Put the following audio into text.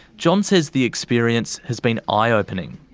john says the experience has been eye-opening.